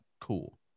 Cool